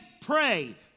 pray